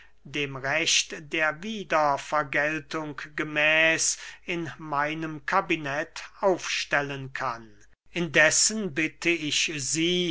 dem recht der wiedervergeltung gemäß in meinem kabinett aufstellen kann indessen bitte ich sie